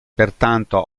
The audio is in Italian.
pertanto